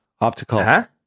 optical